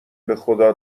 بخدا